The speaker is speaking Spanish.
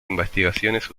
investigaciones